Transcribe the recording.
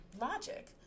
logic